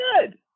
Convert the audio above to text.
good